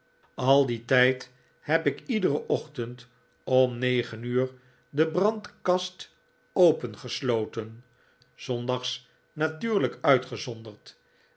al dien tijd heb ik iederen ochtend om negen uur de brandkast opengesloten zondags natuurlijk uitgezonderd